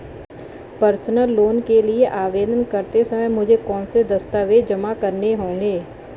Personal loan के लिए आवेदन करते समय मुझे कौन से दस्तावेज़ जमा करने होंगे?